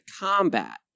combat